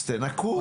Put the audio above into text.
אז תנקו.